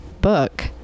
book